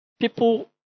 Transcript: people